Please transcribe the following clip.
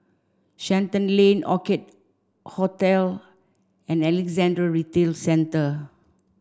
Shenton Lane Orchid Hotel and Alexandra Retail Centre